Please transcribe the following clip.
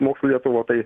mūsų lietuva tai